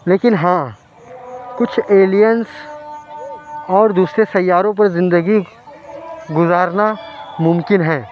لیکن ہاں کچھ ایلیینس اور دوسرے سیاروں پہ زندگی گزارناممکن ہے